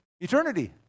eternity